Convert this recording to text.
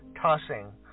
tossing